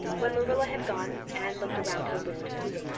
when marilla had gone anne looked around her wistfully.